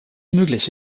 möglich